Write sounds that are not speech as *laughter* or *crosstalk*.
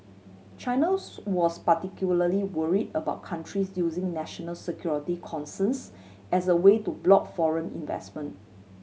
China *noise* was particularly worry about countries using national security concerns as a way to block foreign investment